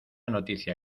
noticia